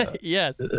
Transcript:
yes